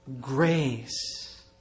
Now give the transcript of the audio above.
grace